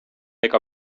ega